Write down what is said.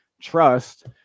trust